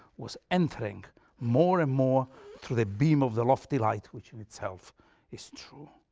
was entering more and more through the beam of the lofty light which in itself is true.